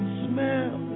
smell